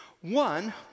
One